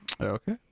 okay